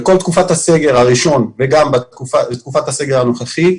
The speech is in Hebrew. בכל תקופת הסגר הראשון וגם בתקופת הסגר הנוכחי,